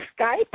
Skype